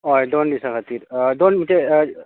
हय दोन दिसां खातीर दोन म्हणजे